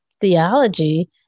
theology